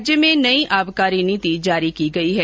राज्य में नई आबकारी नीति जारी की गई है